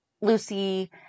Lucy